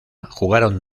jugaron